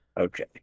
Okay